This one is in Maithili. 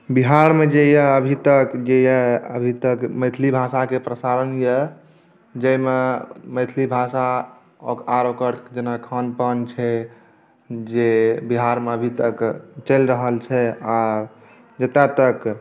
बिहारमे जे यए अभी तक जे यए मैथिली भाषाके प्रसारण यए जाहिमे मैथिली भाषा आर ओकर जेना खान पान छै जे बिहारमे अभी तक चलि रहल छै आ जतय तक